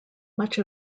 much